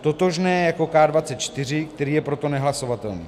totožné jako K24, který je proto nehlasovatelný